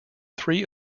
three